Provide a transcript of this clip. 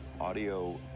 audio